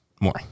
more